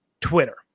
twitter